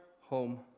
home